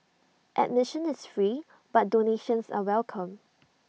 admission is free but donations are welcome